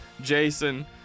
Jason